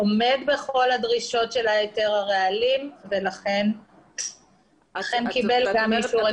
עומד בכל הדרישות של היתר הרעלים ואכן קיבל אישור עקרוני.